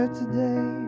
today